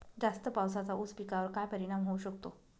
जास्त पावसाचा ऊस पिकावर काय परिणाम होऊ शकतो?